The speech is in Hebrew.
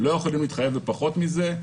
לא יכולים להתחייב לפחות מזה.